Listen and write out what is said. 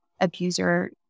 abuser